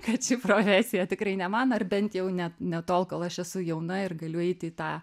kad ši profesija tikrai ne man ar bent jau ne ne tol kol aš esu jauna ir galiu eiti į tą